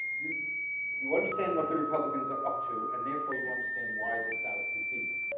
you you understand what the republicans are up to, and therefore, you understand why the south secedes.